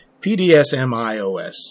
P-d-s-m-i-o-s